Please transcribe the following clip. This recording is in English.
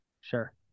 Sure